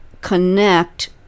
connect